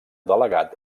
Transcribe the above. delegat